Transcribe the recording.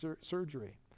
surgery